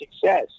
success